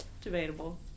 debatable